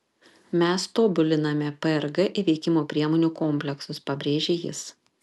mes tobuliname prg įveikimo priemonių kompleksus pabrėžė jis